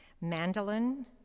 mandolin